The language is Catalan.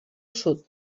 sud